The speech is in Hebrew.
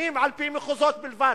נתונים על-פי מחוזות בלבד.